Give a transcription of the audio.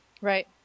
Right